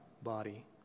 body